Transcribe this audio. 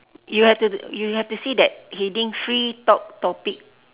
you have to you have to see that heading free talk topic